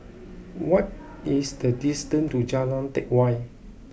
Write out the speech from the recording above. what is the distance to Jalan Teck Whye